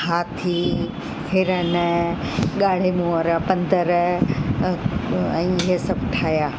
हाथी हिरण ॻाढ़े मुंहुं वारा बांदर ऐं इअं सभु ठहिया